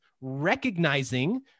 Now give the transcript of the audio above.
recognizing